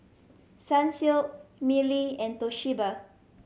Sunsilk Mili and Toshiba